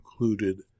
included